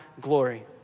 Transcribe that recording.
glory